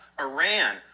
Iran